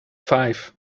five